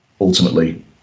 ultimately